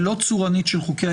ולא צורנית של חוקי היסוד.